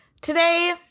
Today